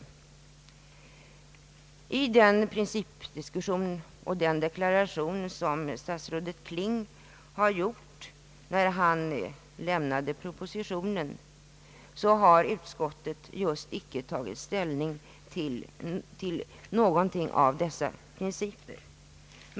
Efter den principdiskussion som statsrådet Kling har fört och efter den deklaration som han gjorde när han avlämnade propositionen har utskottet just inte tagit ställning till någon av dessa principer.